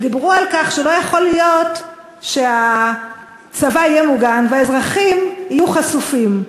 ודיברו על כך שלא יכול להיות שהצבא יהיה מוגן והאזרחים יהיו חשופים.